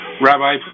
Rabbi